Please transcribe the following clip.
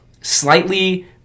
slightly